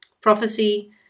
prophecy